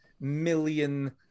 million